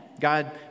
God